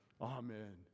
Amen